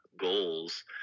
goals